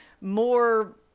more